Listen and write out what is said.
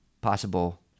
possible